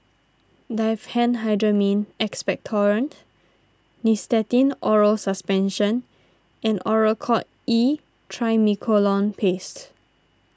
Diphenhydramine Expectorant Nystatin Oral Suspension and Oracort E Triamcinolone Paste